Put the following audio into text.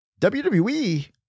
WWE